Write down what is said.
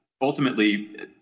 ultimately